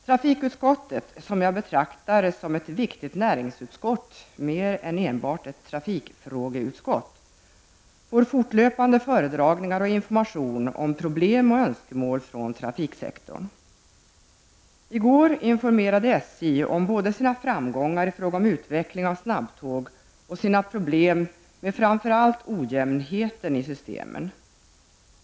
Trafikutskottet -- som jag betraktar som ett viktigt näringsutskott mer än enbart ett trafikfrågeutskott -- får fortlöpande föredragningar och information om problem och önskemål från trafiksektorn. I går informerade SJ om både sina framgångar i fråga om utveckling av snabbtåg och sina problem med fram för allt ojämnheten i systemen.